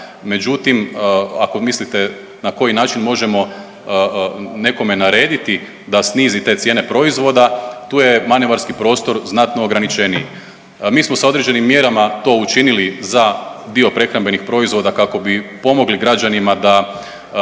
međutim ako mislite na koji način možemo nekome narediti da snizi te cijene proizvoda, tu je manevarski prostor znatno ograničeniji. Mi smo sa određenim mjerama to učinili za dio prehrambenih proizvoda kako bi pomogli građanima da